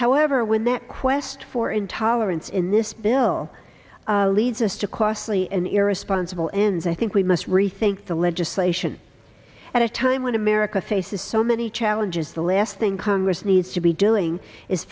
however when that quest for intolerance in this bill leads us to costly and irresponsible ends i think we must rethink the legislation at a time when america faces so many challenges the last thing congress needs to be doing is